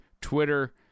Twitter